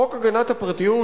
חוק הגנת הפרטיות,